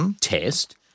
test